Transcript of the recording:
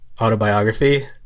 autobiography